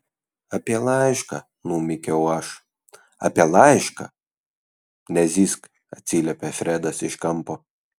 apie laišką numykiau aš apie laišką nezyzk atsiliepė fredas iš kampo